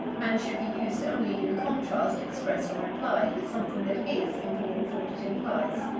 and should be used only in contrast, expressed or implied, with something that is important for what it implies.